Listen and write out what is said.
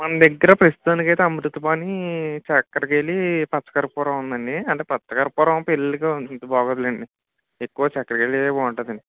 మన దగ్గర ప్రస్తుతానికి అయితే అమృతపాణి చక్రకేళి పచ్చ కర్పూరం ఉందండి అంటే పచ్చ కర్పూరం పెళ్ళిళ్ళకి అంత బాగోదులేండి ఎక్కువ చక్రకేళియే బాగుంటుందండి